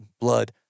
blood